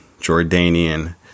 Jordanian